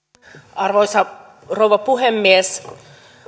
arvoisa rouva puhemies